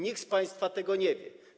Nikt z państwa tego nie wie.